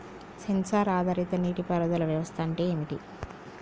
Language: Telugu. సెన్సార్ ఆధారిత నీటి పారుదల వ్యవస్థ అంటే ఏమిటి?